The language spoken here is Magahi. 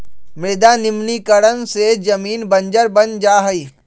मृदा निम्नीकरण से जमीन बंजर बन जा हई